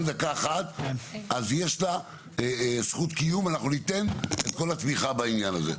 יש לה זכות קיום ואנחנו ניתן את כל התמיכה בעניין הזה.